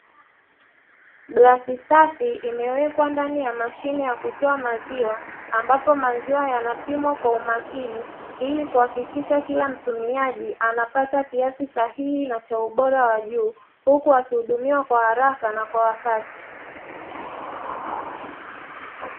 Glasi safi imewekwa ndani ya mashine ya kutoa maziwa ambapo maziwa yanapimwa kwa umakini ili kuhakikisha kila mtumiaji anapata kiasi sahihi na cha ubora wa juu huku akihudumiwa kwa haraka na kwa wakati.